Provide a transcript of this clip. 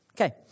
Okay